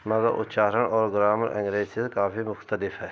مگر اچارن اور گرامر انگریزی سے کافی مختلف ہے